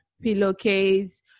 pillowcase